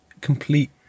complete